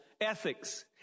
ethics